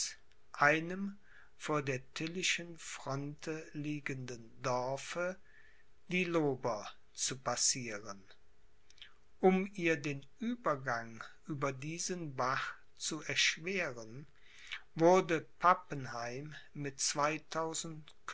einem vor der tilly'schen fronte liegenden dorfe die lober zu passieren um ihr den uebergang über diesen bach zu erschweren wurde pappenheim mit